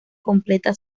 completa